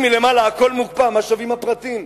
אם מלמעלה הכול מוקפא, מה שווים הפרטים?